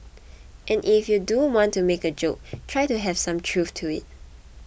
and if you do want to make a joke try to have some truth to it